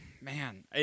Man